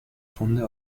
funde